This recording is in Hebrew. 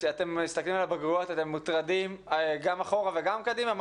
כשאתם מסתכלים על הבגרויות אתם מוטרדים גם אחורה וגם קדימה,